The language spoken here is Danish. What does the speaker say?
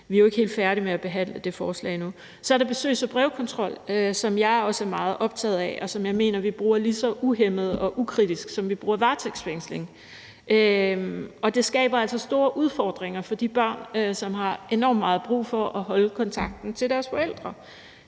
Vi er jo ikke helt færdige med at behandle det forslag endnu. Så er der besøgs- og brevkontrol, som jeg også er meget optaget af, og som jeg mener at vi bruger lige så uhæmmet og ukritisk, som vi bruger varetægtsfængsling. Det skaber altså store udfordringer for de børn, som har enormt meget brug for at holde kontakten til deres forældre.